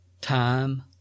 time